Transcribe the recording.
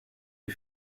les